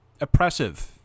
Oppressive